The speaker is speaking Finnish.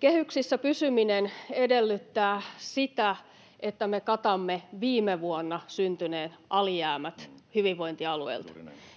Kehyksissä pysyminen edellyttää sitä, että me katamme viime vuonna syntyneet alijäämät hyvinvointialueilta.